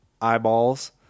eyeballs